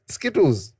Skittles